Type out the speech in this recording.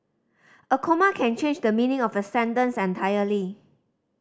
a comma can change the meaning of a sentence entirely